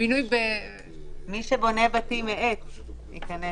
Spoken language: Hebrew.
שתיכף נגיע